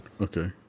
Okay